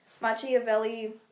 Machiavelli